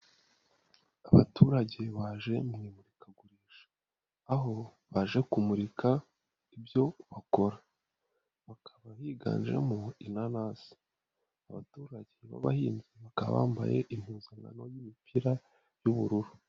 SAbaturage baje mu imurikagurisha, aho baje kumurika ibyo bakora, hakaba higanjemo inanasi, abaturage b'abahinzi bakaba bambaye impuzankano y'imipira y'ubururu.